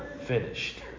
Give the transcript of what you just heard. finished